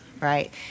Right